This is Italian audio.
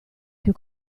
più